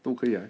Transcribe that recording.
都可以啊